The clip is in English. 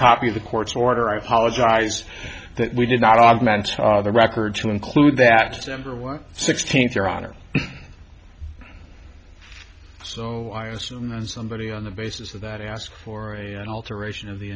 copy of the court's order i apologize that we did not augmented the record to include that number one sixteenth your honor so i assume that somebody on the basis of that ask for a an alteration of the